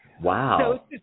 Wow